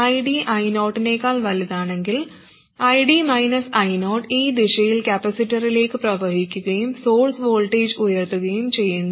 ID I0 നേക്കാൾ വലുതാണെങ്കിൽ ID I0 ഈ ദിശയിൽ കപ്പാസിറ്ററിലേക്ക് പ്രവഹിക്കുകയും സോഴ്സ് വോൾട്ടേജ് ഉയർത്തുകയും ചെയ്യുന്നു